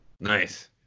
Nice